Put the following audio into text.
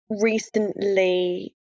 recently